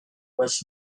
was